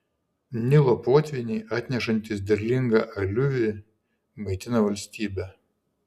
nilo potvyniai atnešantys derlingą aliuvį maitina valstybę